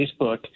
Facebook